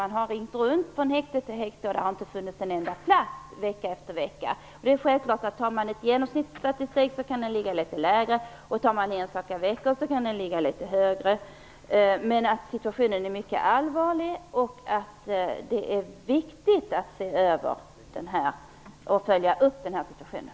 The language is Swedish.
Man har där ringt runt till häkte efter häkte, och det har vecka efter vecka inte funnits en enda plats. Det är självklart att en genomsnittsstatistik ligger litet lägre medan beläggningen enstaka veckor kan vara litet högre. Situationen är dock mycket allvarlig, och det är viktigt att se över och följa upp situationen.